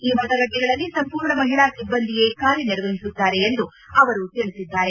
ಈ ಮತಗಟ್ಟೆಗಳಲ್ಲಿ ಸಂಪೂರ್ಣ ಮಹಿಳಾ ಸಿಬ್ಬಂದಿಯೇ ಕಾರ್ಯನಿರ್ವಹಿಸುತ್ತಾರೆ ಎಂದು ಅವರು ತಿಳಿಸಿದ್ದಾರೆ